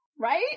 right